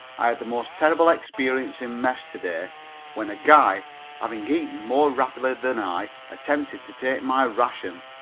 i had the most terrible experience in mess to-day when a guy having eaten more rapidly than i attempted to take my ration.